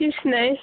किछु नहि